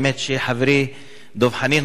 האמת היא שחברי דב חנין,